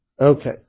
Okay